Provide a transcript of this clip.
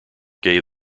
gave